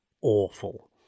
awful